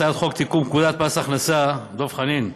הצעת חוק לתיקון פקודת מס הכנסה, דב חנין,